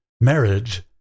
Marriage